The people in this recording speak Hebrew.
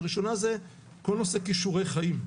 הראשונה היא כל נושא כישורי החיים.